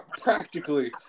practically